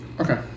Okay